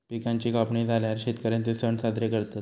पिकांची कापणी झाल्यार शेतकर्यांचे सण साजरे करतत